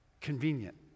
Convenient